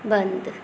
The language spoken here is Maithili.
बन्द